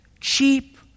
cheap